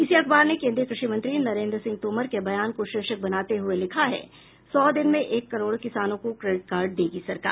इसी अखबार ने केन्द्रीय कृषि मंत्री नरेन्द्र सिंह तोमर के बयान को शीर्षक बनाते हुए लिखा है सौ दिन में एक करोड़ किसानों को क्रोडिट कार्ड देगी सरकार